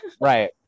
right